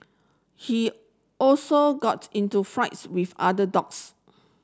he also got into flights with other dogs